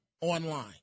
online